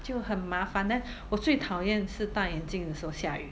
就很麻烦 then 我最讨厌是戴眼镜的时候下雨